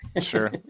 Sure